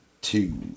two